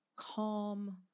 calm